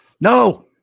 No